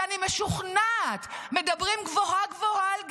שאני משוכנעת שמדברים גבוהה-גבוהה על גזענות,